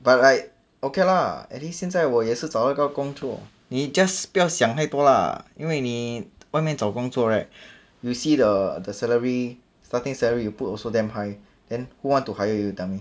but like okay lah at least 现在我也是找到一个工作你 just 不要想太多 lah 因为你外面找工作 right you see the the salary starting salary you put also damn high then who want to hire you you tell me